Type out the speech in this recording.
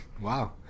Wow